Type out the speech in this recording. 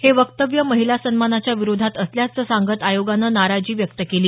हे वक्तव्य महिला सन्मानाच्या विरोधात असल्याचं सांगत आयोगानं नाराजी व्यक्त केली